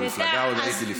במפלגה עוד הייתי לפני כן.